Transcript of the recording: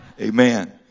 Amen